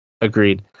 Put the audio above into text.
agreed